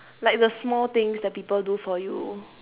like the small things that people do for you